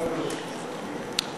מזל טוב.